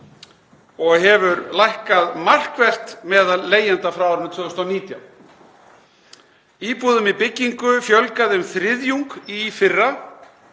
og hefur lækkað markvert meðal leigjenda frá árinu 2019. Íbúðum í byggingu fjölgaði um þriðjung í fyrra